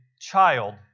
child